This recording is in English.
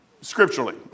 Scripturally